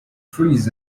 trees